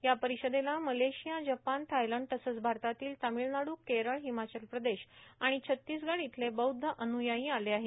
या परिषदेला Malaysia Japan Thailand तसंच भारतातील तामिळनाडू केरळ हिमाचल प्रदेश आणि छतीसगढ इथले बौद्ध अनुयायी आले आहेत